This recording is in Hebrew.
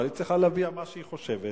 אבל היא צריכה להביע מה שהיא חושבת,